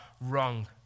wrong